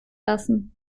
lassen